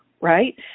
right